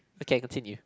okay continue